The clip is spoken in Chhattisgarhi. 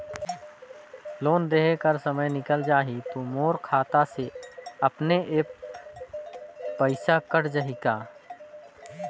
लोन देहे कर समय निकल जाही तो मोर खाता से अपने एप्प पइसा कट जाही का?